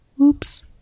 Oops